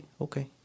okay